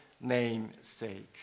namesake